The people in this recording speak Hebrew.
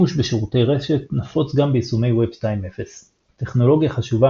שימוש בשירותי רשת נפוץ גם ביישומי וב 2.0. טכנולוגיה חשובה